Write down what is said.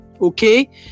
okay